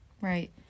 right